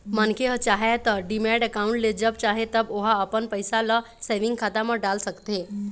मनखे ह चाहय त डीमैट अकाउंड ले जब चाहे तब ओहा अपन पइसा ल सेंविग खाता म डाल सकथे